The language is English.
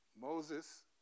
Moses